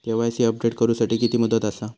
KYC update करू साठी किती मुदत आसा?